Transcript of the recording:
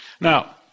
Now